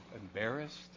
embarrassed